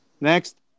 Next